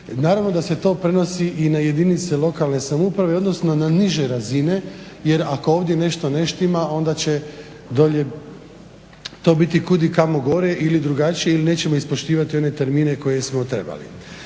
naravno da se to prenosi i na jedinice lokalne samouprave, odnosno na niže razine jer ako ovdje nešto ne štima onda će dolje to biti kudikamo gore ili drugačije, ili nećemo ispoštivati one termine koje smo trebali.